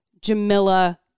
Jamila